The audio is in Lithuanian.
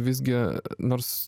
visgi nors